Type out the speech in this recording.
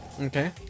Okay